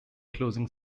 closing